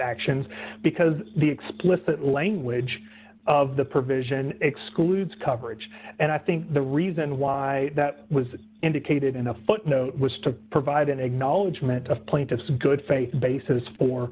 actions because the explicit language of the provision excludes coverage and i think the reason why that was indicated in the footnote was to provide an egg knowledge meant of plaintiff good faith basis for